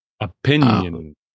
Opinion